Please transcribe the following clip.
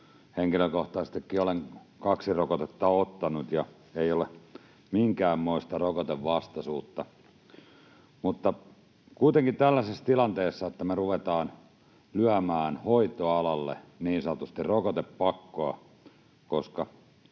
henkilökohtaisestikin olen kaksi rokotetta ottanut. Ei ole minkäänmoista rokotevastaisuutta. Kuitenkin tällaisessa tilanteessa se, että me ruvetaan lyömään hoitoalalle niin sanotusti rokotepakkoa — koska